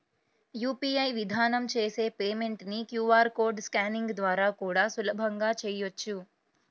UPI విధానం చేసే payment ని క్యూ.ఆర్ కోడ్ స్కానింగ్ ద్వారా కూడా సులభంగా చెయ్యొచ్చు